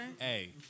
Hey